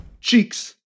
cheeks